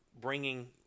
bringing